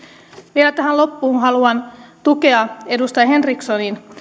vielä tähän loppuun haluan tukea edustaja henrikssonin